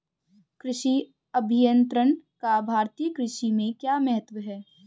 कृषि अभियंत्रण का भारतीय कृषि में क्या महत्व है?